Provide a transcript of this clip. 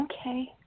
Okay